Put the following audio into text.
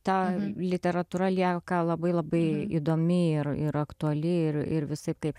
ta literatūra lieka labai labai įdomi ir ir aktuali ir ir visaip kaip